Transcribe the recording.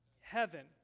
Heaven